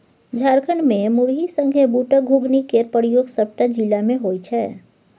झारखंड मे मुरही संगे बुटक घुघनी केर प्रयोग सबटा जिला मे होइ छै